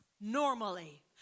normally